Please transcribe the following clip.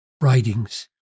writings